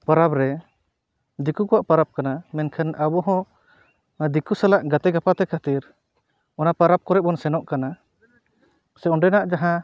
ᱯᱚᱨᱚᱵᱨᱮ ᱫᱤᱠᱩ ᱠᱚᱣᱟᱜ ᱯᱟᱨᱟᱵ ᱠᱟᱱᱟ ᱢᱮᱱᱠᱷᱟᱱ ᱟᱵᱚ ᱦᱚᱸ ᱚᱱᱟ ᱫᱤᱠᱩ ᱥᱟᱞᱟᱜ ᱜᱟᱛᱮ ᱜᱟᱯᱟᱛᱮ ᱠᱷᱟᱛᱤᱨ ᱚᱱᱟ ᱯᱟᱨᱟᱵ ᱠᱚᱨᱮᱫ ᱵᱚᱱ ᱥᱮᱱᱚᱜ ᱠᱟᱱᱟ ᱥᱮ ᱚᱸᱰᱮᱱᱟᱜ ᱡᱟᱦᱟᱸ